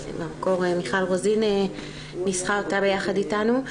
שבמקור מיכל רוזין ניסחה אותה ביחד איתנו,